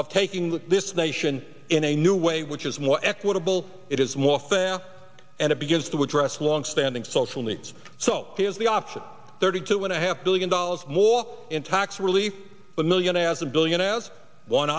of taking with this nation in a new way which is more equitable it is more fair and it begins to address longstanding social needs so he has the option thirty two and a half billion dollars more in tax relief for millionaires and billionaires one